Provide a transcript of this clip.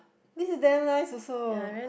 this is damn nice also